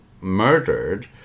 murdered